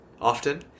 often